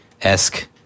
esque